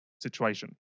situation